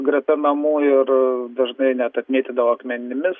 greta namų ir dažnai net apmėtydavo akmenimis